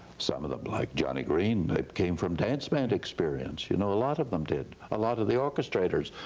some of them like johnny green they came from dance band experience. you know a lot of them did. a lot of the orchestrators.